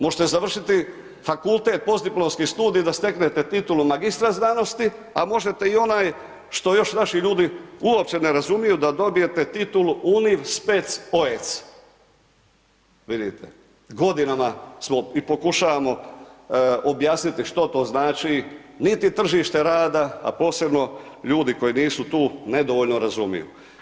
Možete završiti fakultet, postdiplomski studij da steknete titulu magistra znanosti a možete i onaj što još vaši ljudi uopće ne razumiju da dobijete titulu univ.spec.oec. Vidite, godinama smo i pokušavamo objasniti što to znači, niti tržište rada a posebno ljudi koji nisu tu nedovoljno razumiju.